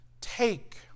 take